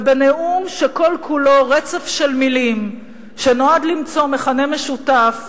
ובנאום שכל כולו רצף של מלים שנועד למצוא מכנה משותף